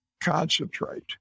concentrate